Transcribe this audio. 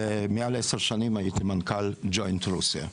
ומעל 10 שנים הייתי מנכ"ל ג'וינט רוסיה.